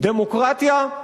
דמוקרטיה,